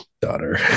daughter